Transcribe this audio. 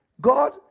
God